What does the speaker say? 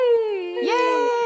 Yay